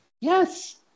Yes